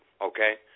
okay